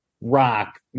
rock